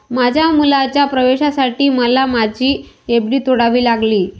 माझ्या मुलाच्या प्रवेशासाठी मला माझी एफ.डी तोडावी लागली